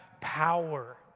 power